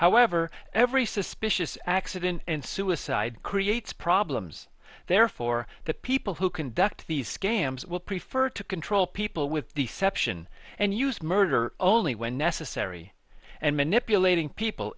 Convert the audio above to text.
however every suspicious accident in suicide creates problems there for the people who conduct these scams will prefer to control people with deception and use murder only when necessary and manipulating people